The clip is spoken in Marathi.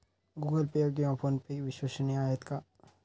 गूगल पे किंवा फोनपे विश्वसनीय आहेत का?